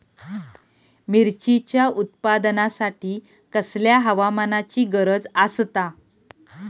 मिरचीच्या उत्पादनासाठी कसल्या हवामानाची गरज आसता?